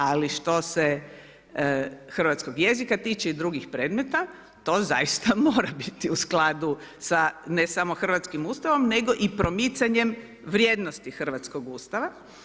Ali što se hrvatskog jezika tiče i drugih predmeta, to zaista mora biti u skladu sa ne samo hrvatskim ustavom, nego i promicanje vrijednosti hrvatskog Ustava.